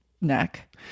neck